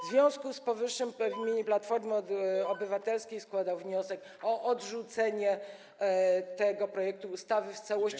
W związku z powyższym w imieniu Platformy Obywatelskiej składam wniosek o odrzucenie tego projektu ustawy w całości.